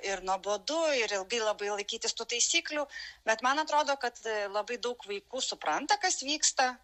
ir nuobodu ir ilgai labai laikytis tų taisyklių bet man atrodo kad labai daug vaikų supranta kas vyksta